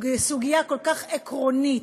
שסוגיה כל כך עקרונית,